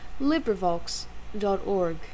LibriVox.org